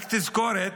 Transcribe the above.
רק תזכורת: